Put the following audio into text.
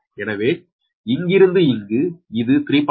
எனவே இங்கிருந்து இங்கு இது 3